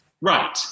Right